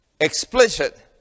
explicit